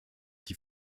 die